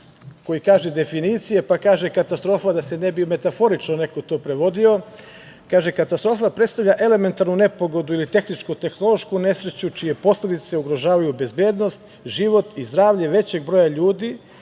koji kaže, definicije, pa kaže - katastrofa, da ne bi metaforično neko to prevodio.. Kaže: „Katastrofa predstavlja elementarnu nepogodu ili tehničko-tehnološku nesreću čije posledice ugrožavaju bezbednost, život i zdravlje većeg broja ljudi,